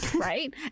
Right